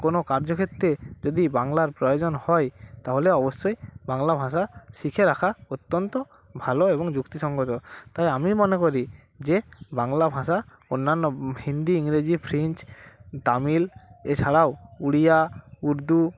কোনো কার্যক্ষেত্রে যদি বাংলার প্রয়োজন হয় তাহলে অবশ্যই বাংলা ভাষা শিখে রাখা অত্যন্ত ভালো এবং যুক্তিসঙ্গত তাই আমি মনে করি যে বাংলা ভাষা অন্যান্য হিন্দি ইংরেজি ফ্রেঞ্চ তামিল এছাড়াও উড়িয়া উর্দু